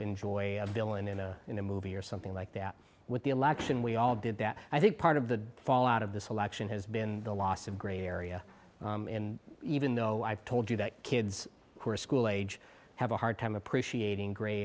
enjoy a bill and in a in a movie or something like that with the election we all did that i think part of the fallout of this election has been the loss of gray area in even though i've told you that kids who are school age have a hard time appreciating gray